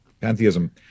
pantheism